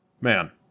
Man